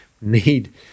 need